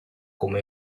como